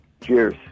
Cheers